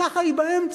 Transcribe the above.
"ככה היא באמצע"